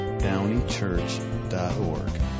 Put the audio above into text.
DowneyChurch.org